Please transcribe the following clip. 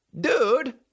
Dude